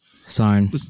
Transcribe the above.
Sign